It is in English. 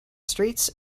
streets